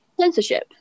censorship